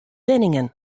wenningen